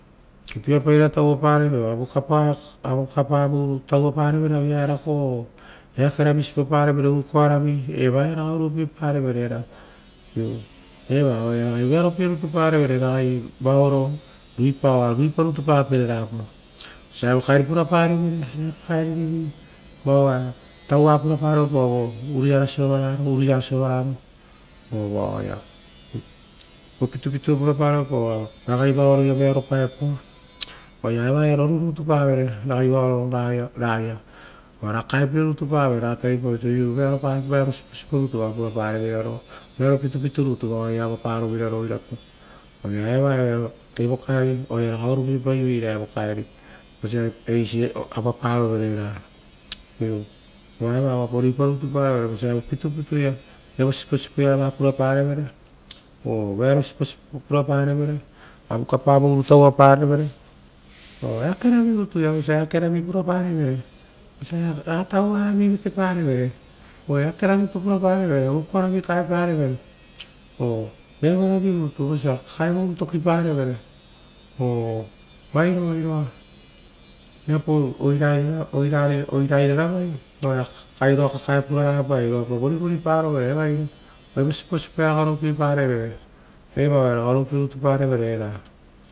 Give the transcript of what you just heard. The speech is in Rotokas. Vosia upia pairara oo avukapaira tauraparevere aue sipopaoro erako oo eakeravi sipo pao ro evaia ragai oruo pieparevere era. evaoaia agai vearo pie rutu parevere vao ruipa oa ruipa rutu papere vosia evo kairi puraparevere eake karirovi tauvar oa ra puraparevo vo uruia soraraia oo vo pitupituo puraparevopa oa ragaivaro ia vearo paoepao. Oaia roru rutu pavoepa evaia ra tavipaoro oso iu vearopa siposipo eva oa purapareveira roia, vearo pitupitu rutu vao oaia ava paroveira roai oirato. Uva eva ia raga oruopi pare vere osia eisi avaparo. Iu uva eva oapa ruipa rutu paraveira, vosia evo pitapita oo evo siposipo ia va purapareve, oo vearo siposipo pura parevere, avukapa uruii tauvaparevere oo eakeravi rutuia vosia eakeravi puraparivere, ra tauvaravi vateparivere eakeravi uko aravi kaeparivere oo vearo a raui rutu vosia kakae urui toriparivere oo vairo aioa viapa oirarava airoa kakae puraraga pai airoapa vorivoripavere evoro. Evo siposipo ia ragai vearopie paivera eva oaia ragai oruopie rutu parevere era.